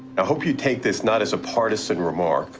i hope you take this not as a partisan remark,